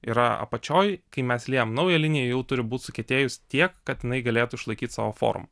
yra apačioj kai mes liejam naują liniją jau turi būt sukietėjus tiek kad jinai galėtų išlaikyt savo formą